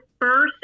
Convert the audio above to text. first